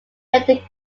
affect